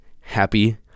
happy